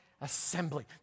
assembly